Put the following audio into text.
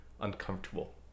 uncomfortable